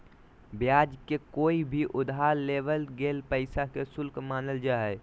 ब्याज के कोय भी उधार लेवल गेल पैसा के शुल्क मानल जा हय